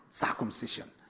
circumcision